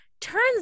Turns